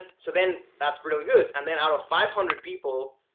then so then that's really good and then out of five hundred people